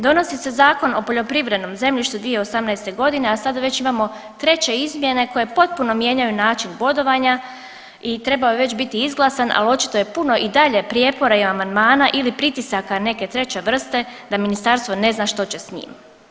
Donosi se Zakon o poljoprivrednom zemljištu 2018.g., a sad već imamo treće izmjene koje potpuno mijenjaju način bodovanja i trebao je već biti izglasan, al očito je puno i dalje prijepora i amandmana ili pritisaka neke treće vrste da ministarstvo ne zna što će s njim.